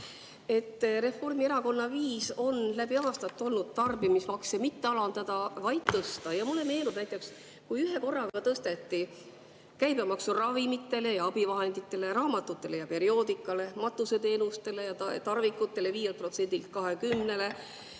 Reformierakonna viis läbi aastate on olnud tarbimismakse mitte alandada, vaid tõsta. Näiteks, mulle meenub, kui ühe korraga tõsteti käibemaksu ravimitele ja abivahenditele, raamatutele ja perioodikale, matuseteenustele ja ‑tarvikutele 5%‑lt